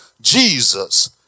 Jesus